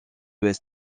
ouest